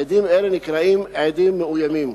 עדים אלה נקראים עדים מאוימים.